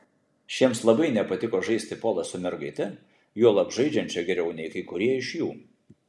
šiems labai nepatiko žaisti polą su mergaite juolab žaidžiančia geriau nei kai kurie iš jų